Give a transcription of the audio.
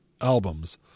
albums